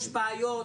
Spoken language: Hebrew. יש בעיות,